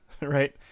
right